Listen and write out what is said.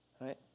right